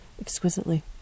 exquisitely